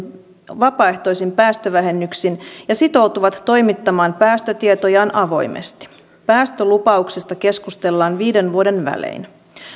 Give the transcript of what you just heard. vapaaehtoisiin päästövähennyksiin ja sitoutuvat toimittamaan päästötietojaan avoimesti päästölupauksista keskustellaan viiden vuoden välein